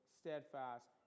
steadfast